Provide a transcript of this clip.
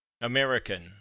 american